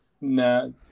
No